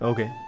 Okay